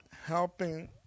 helping